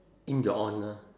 in your honour